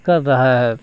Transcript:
کر رہا ہے